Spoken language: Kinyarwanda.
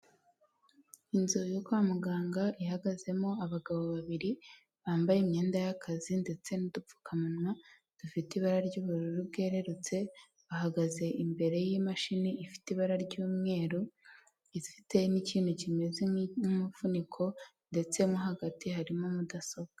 Inzu yo kwa muganga ihagazemo abagabo babiri bambaye imyenda y'akazi ndetse n'udupfukamunwa dufite ibara ry'ubururu bwerurutse, bahagaze imbere y'imashini ifite ibara ry'umweru ifite n'kintu kimeze nk'umufuniko ndetse mo hagati harimo mudasobwa.